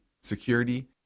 security